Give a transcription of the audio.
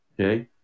Okay